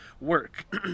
work